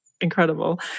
incredible